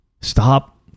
stop